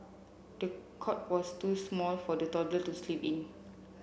the cot was too small for the toddler to sleep in